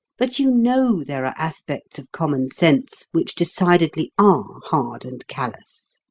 but you know there are aspects of common sense which decidedly are hard and callous.